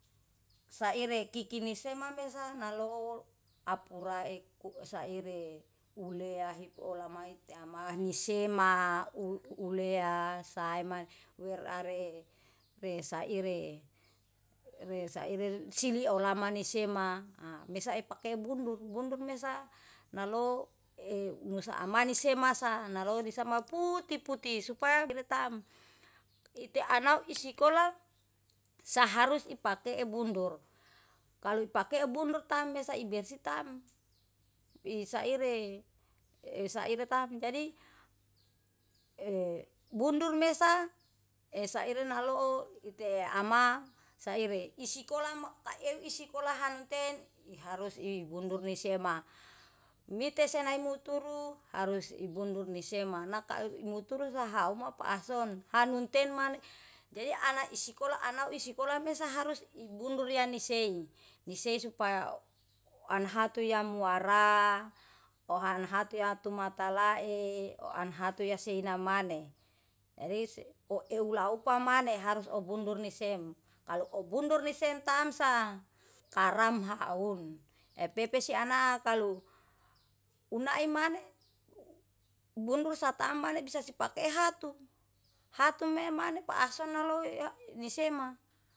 Saire kikini sema mesa nalo apura eku saire, ulea hepolamae tamahisema ulea saema werare re saire sili olamani sema a besa epake bundur. Bundur mesa nalo e nusa amanisema sa nalori sama puti-puti supa bertam, ite anau isikola saharus ipake bundur. Klau pake bundur tame saibersi tam. Ih saire e saire tam jadi e bunudr mehsa e saire nalo o ite ama saire isikola kaew isikola hanune tem iharus i ibundur nisema mitesena nai muturu harus ibundur ni sema naka muturu sahau mo pahson hanun tenman, jadi ana isikola anau isikola mesaharus ibundur lian isei nisei supa anahatu yamuara ohanhatu atu mata lae anhatu yasei namane jadi se euw lauw pamane harus obundur ni sem kalu obundur nesem tamsa karma haun epepesi ana kalu unaimane u bundur satamane bisa sipake hatu. Hatu me mane pahsona loi ni sema.